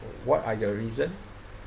what are your reason